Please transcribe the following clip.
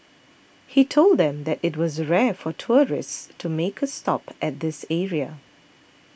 he told them that it was rare for tourists to make a stop at this area